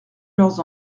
leurs